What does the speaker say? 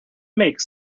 makes